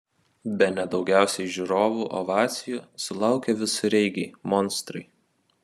bene daugiausiai žiūrovų ovacijų sulaukė visureigiai monstrai